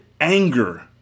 anger